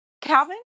Calvin